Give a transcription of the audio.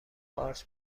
قارچ